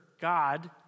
God